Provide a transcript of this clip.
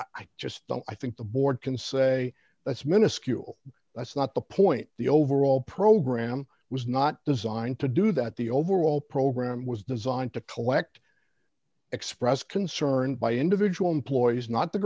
i just don't i think the board can say that's minuscule that's not the point the overall program was not designed to do that the overall program was designed to collect express concern by individual employees not the